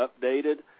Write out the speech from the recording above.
updated